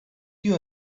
you